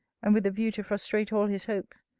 and with the view to frustrate all his hopes,